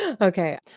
Okay